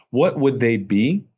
what would they be?